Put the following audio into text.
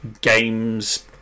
games